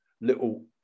little